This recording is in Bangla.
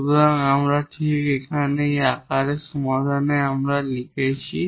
সুতরাং আমরা ঠিক সেই আকারে আমাদের সমাধান লিখেছি